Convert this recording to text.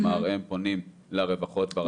כלומר הם פונים לרווחות ברשויות.